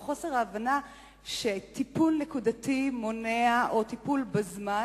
או חוסר ההבנה שטיפול נקודתי מונע או טיפול בזמן